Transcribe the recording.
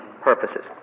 purposes